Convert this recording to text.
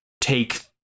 take